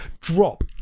drop